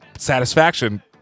Satisfaction